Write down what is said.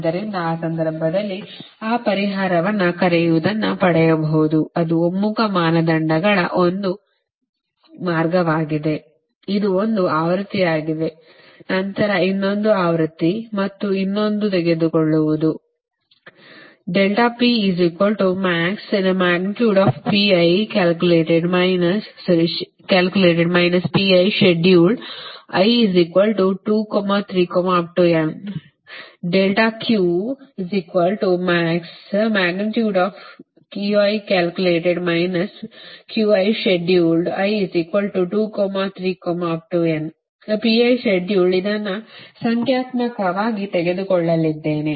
ಆದ್ದರಿಂದ ಆ ಸಂದರ್ಭದಲ್ಲಿ ಆ ಪರಿಹಾರವನ್ನು ಕರೆಯುವದನ್ನು ಪಡೆಯಬಹುದು ಇದು ಒಮ್ಮುಖ ಮಾನದಂಡಗಳ ಒಂದು ಮಾರ್ಗವಾಗಿದೆ ಇದು ಒಂದು ಆವೃತ್ತಿಯಾಗಿದೆ ನಂತರ ಇನ್ನೊಂದು ಆವೃತ್ತಿ ಮತ್ತು ಇನ್ನೊಂದು ತೆಗೆದುಕೊಳ್ಳುವುದು ಇದನ್ನು ಸಂಖ್ಯಾತ್ಮಕವಾಗಿ ತೆಗೆದುಕೊಳ್ಳಲಿದ್ದೇನೆ